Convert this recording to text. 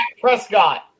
Prescott